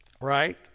right